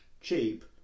Cheap